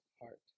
heart